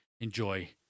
enjoy